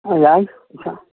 ꯑꯥ ꯌꯥꯏ ꯏꯁꯥ